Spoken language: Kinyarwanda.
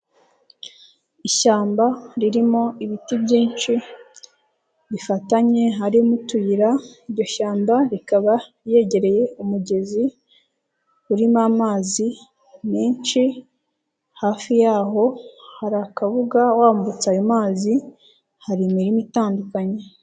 Ishyamba ririmo ibiti byinshi bifatanye harimo utuyira, iryo shyamba rikaba yegereye umugezi urimo amazi menshi hafi yaho hari akabuga wambutse ayo mazi hari imirima itandukanye.